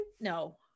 no